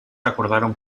acordaron